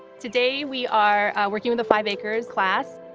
today we are working with a five-acre class.